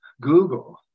Google